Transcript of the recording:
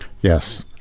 Yes